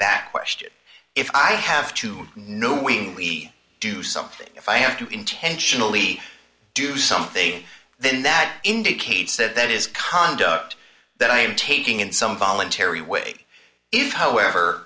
that question if i have to know we do something if i have to intentionally do something then that indicates that that is conduct that i am taking in some voluntary way if however